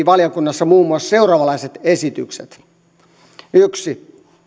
valiokunnassa muun muassa seuraavanlaiset esitykset yksi